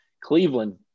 Cleveland